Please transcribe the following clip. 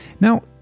Now